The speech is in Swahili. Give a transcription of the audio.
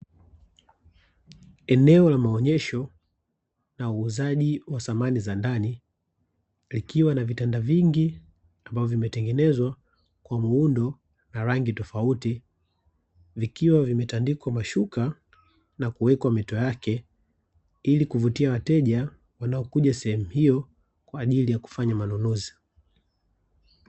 Eneo la maonyesho na uuzaji wa samani za ndani likiwa na vitanda vingi ambavyo vimetengenezwa kwa muundo na rangi tofauti, vikiwa vimetandikwa mashuka na kuwekwa mito yake ili kuvutia wateja wanaokuja sehemu hiyo kwa ajili ya kufanya manunuzi.